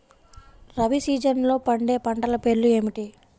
రబీ సీజన్లో పండే పంటల పేర్లు ఏమిటి?